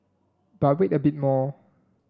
but wait a bit more